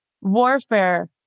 warfare